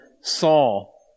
Saul